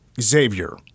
Xavier